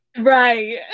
right